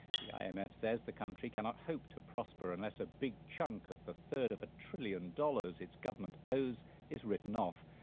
the imf says the country cannot hope to prosper unless a big chunk of the third of a trillion dollars its government owes is written off.